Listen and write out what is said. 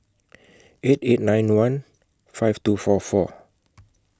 eight eight nine one five two four four